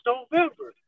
November